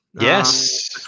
yes